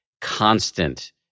constant